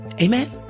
Amen